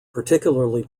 particularly